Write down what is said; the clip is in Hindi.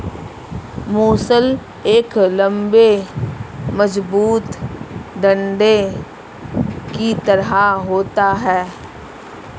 मूसल एक लम्बे मजबूत डंडे की तरह होता है